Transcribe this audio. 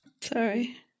Sorry